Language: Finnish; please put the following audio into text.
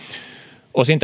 osin